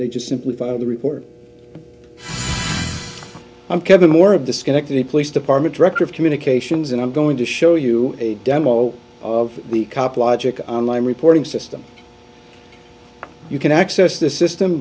they just simply file the report and kevin more of the schenectady police department director of communications and i'm going to show you a demo of the cop logic online reporting system you can access this system